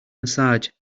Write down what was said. massage